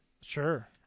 Sure